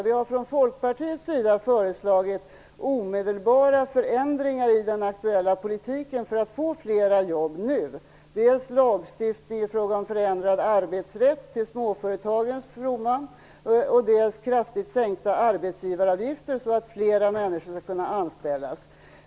Vi har från Folkpartiets sida föreslagit omedelbara förändringar i den aktuella politiken för att få flera jobb nu: dels lagstiftning i fråga om förändrad arbetsrätt till småföretagens fromma, dels kraftigt sänkta arbetsgivaravgifter så att flera människor skall kunna anställas.